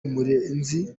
murenzi